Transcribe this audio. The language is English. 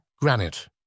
granite